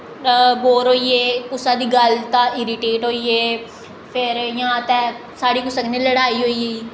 bore होइयै कुसै दी गल्ल तां इरिटेट होइयै फिर इ'यां ते साढ़ी कुसै कन्नै लड़ाई होई गी